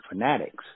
fanatics